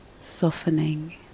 softening